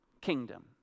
kingdom